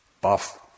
buff